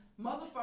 motherfucker